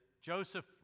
Joseph